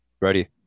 ready